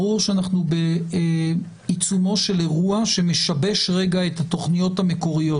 ברור שאנחנו בעיצומו של אירוע שמשבש רגע את התכניות המקוריות.